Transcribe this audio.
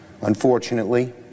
Unfortunately